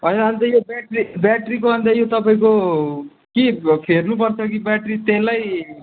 होइन अन्त यो ब्याट्री ब्याट्रीको अन्त यो तपाईँको कि फेर्नुपर्छ कि ब्याट्री त्यसलाई